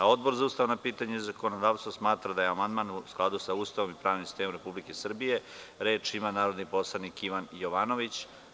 Odbor za ustavna pitanja i zakonodavstvo smatra da je amandman u skladu sa Ustavom i pravnim sistemom Republike Srbije Da li neko želi reč? (Da) Reč ima narodni poslanik Ivan Jovanović.